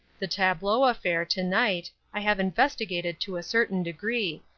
the tableau affair, to-night, i have investigated to a certain degree,